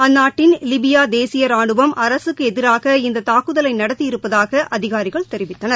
அந்நாட்டின் லிபியா தேசிய ரானுவம் அரசுக்கு எதிராக இந்த தாக்குதலை நடத்தி இருப்பதாக அதிகாரிகள் தெரிவித்தனர்